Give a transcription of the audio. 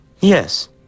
Yes